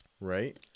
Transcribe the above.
Right